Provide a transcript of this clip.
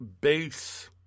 base